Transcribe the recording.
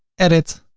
edit,